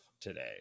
today